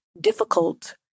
difficult